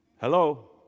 Hello